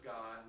God